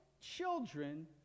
children